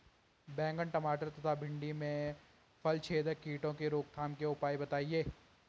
बैंगन टमाटर तथा भिन्डी में फलछेदक कीटों की रोकथाम के उपाय बताइए?